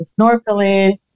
snorkeling